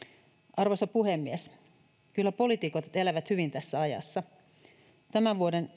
arvoisa puhemies kyllä poliitikot elävät hyvin tässä ajassa tämän